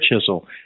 chisel